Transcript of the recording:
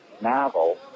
novel